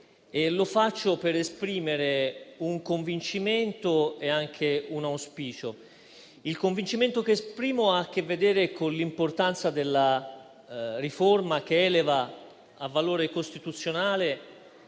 e lo faccio per esprimere un convincimento e anche un auspicio. Il convincimento che esprimo ha a che vedere con l'importanza della riforma, che eleva a valore costituzionale